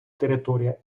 територія